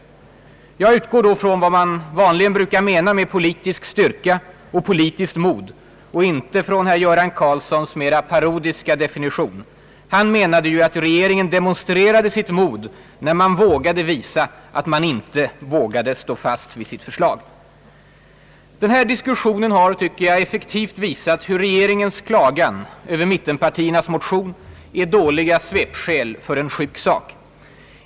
Jag utgår då ifrån vad man vanligen brukar mena med politisk styrka och politiskt mod och inte från herr Göran Karlssons mera parodiska definition. Han ansåg ju att regeringen demonstrerade sitt mod, när den vågade visa att den inte vågade stå fast vid sitt förslag. Den här diskussionen har effektivt visat hur regeringens klagan över mittenpartiernas motioner är ett dåligt svepskäl för en sjuk sak.